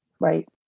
Right